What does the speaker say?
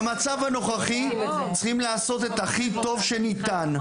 במצב הנוכחי צריכים לעשות את הכי טוב שניתן.